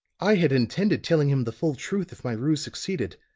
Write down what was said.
i had intended telling him the full truth if my ruse succeeded.